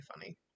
funny